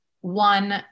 one